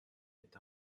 est